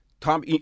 Tom